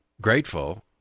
grateful